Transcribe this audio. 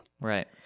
Right